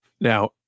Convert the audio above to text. Now